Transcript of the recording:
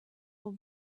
will